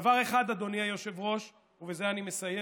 דבר אחד, אדוני היושב-ראש, ובזה אני מסיים,